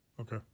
Okay